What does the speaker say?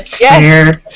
Yes